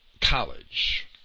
college